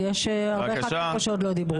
יש עוד הרבה ח"כים שעוד לא דיברו.